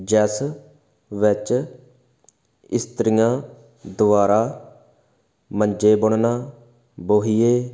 ਜਿਸ ਵਿੱਚ ਇਸਤਰੀਆਂ ਦੁਆਰਾ ਮੰਜੇ ਬੁਣਨਾ ਬੋਹੀਏ